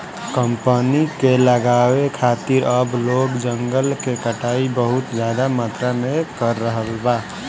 company के लगावे खातिर अब लोग जंगल के कटाई बहुत ज्यादा मात्रा में कर रहल बा